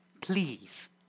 Please